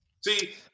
See